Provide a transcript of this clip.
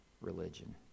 religion